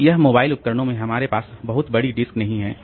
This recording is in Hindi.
तो यह मोबाइल उपकरणों में हमारे पास बहुत बड़ी डिस्क नहीं है